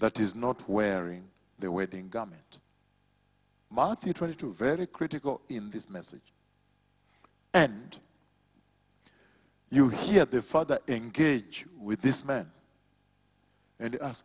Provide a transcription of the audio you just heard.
that is not wearing their wedding government matthew twenty two very critical in this message and you hear the father engage with this man and